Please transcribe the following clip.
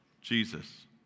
Jesus